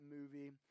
movie